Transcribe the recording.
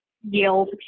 yield